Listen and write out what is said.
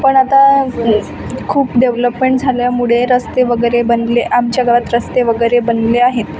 पण आता खूप डेव्हलपमेंट झाल्यामुळे रस्ते वगैरे बनले आमच्या गावात रस्ते वगैरे बनले आहेत